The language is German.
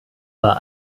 war